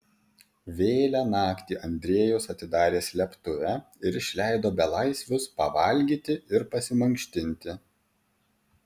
vėlią naktį andrejus atidarė slėptuvę ir išleido belaisvius pavalgyti ir pasimankštinti